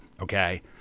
okay